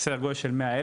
זה סדר גודל של 100,000,